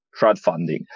crowdfunding